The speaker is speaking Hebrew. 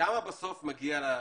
כמה בסוף מגיע לקיבוץ?